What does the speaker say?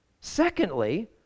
Secondly